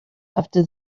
after